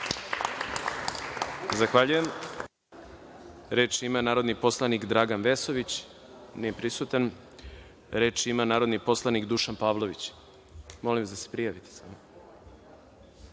Zahvaljujem. Reč ima narodni poslanik Dragan Vesović. Nije prisutan. Reč ima narodni poslanik Dušan Pavlović. Izvolite.